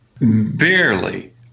Barely